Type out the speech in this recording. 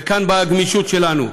וכאן באה הגמישות שלנו,